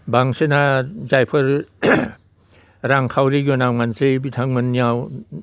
बांसिना जायफोर रांखावरि गोनां मानसि बिथांमोननियाव